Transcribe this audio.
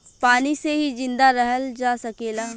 पानी से ही जिंदा रहल जा सकेला